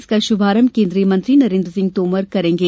इसका शुभारंभ केंद्रीय मंत्री नरेन्द्र सिंह तोमर करेगे